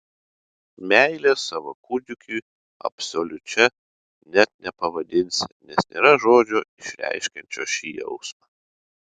meilės savo kūdikiui absoliučia net nepavadinsi nes nėra žodžio išreiškiančio šį jausmą